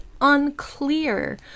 unclear